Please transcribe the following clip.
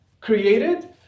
created